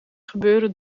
gebeuren